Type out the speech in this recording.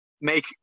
make